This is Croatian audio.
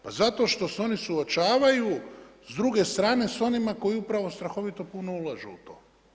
Pa zato što se oni suočavaju s druge strane sa onima koji upravo strahovito puno ulažu u to.